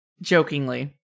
Jokingly